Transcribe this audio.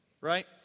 right